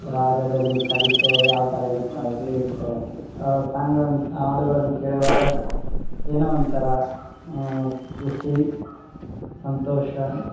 ರಾಗದಲ್ಲಿ ಕವಿತೆ ಯಾವ ಥರ ಇರ್ತಾಯಿದೆ ಇರ್ತೆ ಸಾಂಗಳನ್ನು ಹಾಡುಗಳನ್ ಕೇಳುವಾಗ ಏನೋ ಒಂಥರ ಖುಷಿ ಸಂತೋಷ